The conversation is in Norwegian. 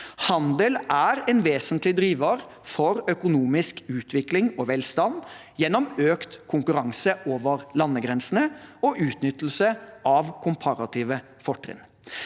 Handel er en vesentlig driver for økonomisk utvikling og velstand gjennom økt konkurranse over landegrensene og utnyttelse av komparative fortrinn.